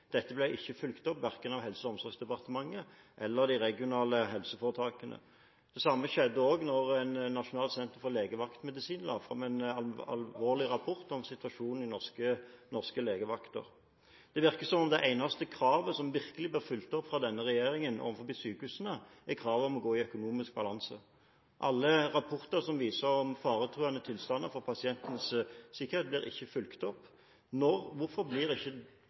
Dette ble ikke fulgt opp, verken av Helse- og omsorgsdepartementet eller de regionale helseforetakene. Det samme skjedde da Nasjonalt kompetansesenter for legevaktmedisin la fram en alvorlig rapport om situasjonen ved norske legevakter. Det virker som det eneste kravet som virkelig blir fulgt opp av denne regjeringen overfor sykehusene, er kravet om at de går i økonomisk balanse. Alle rapporter som viser faretruende tilstander for pasientenes sikkerhet blir ikke fulgt opp. Hvorfor blir ikke